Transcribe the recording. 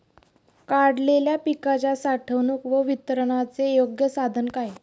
काढलेल्या पिकाच्या साठवणूक व वितरणाचे योग्य साधन काय?